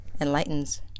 enlightens